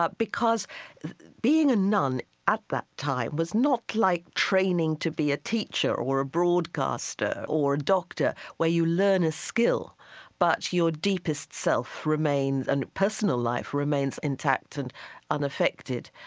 because being a nun at that time was not like training to be a teacher or a broadcaster or a doctor, where you learn a skill but your deepest self remains and personal life remains intact and unaffected.